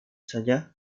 saja